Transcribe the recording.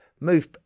move